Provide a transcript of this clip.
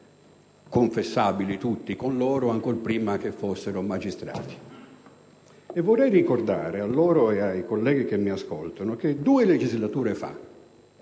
confessabili, ancor prima che fossero magistrati. Vorrei ricordare a loro ed ai colleghi che mi ascoltano che qualche legislatura fa